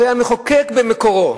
הרי המחוקק במקורו,